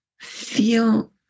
feel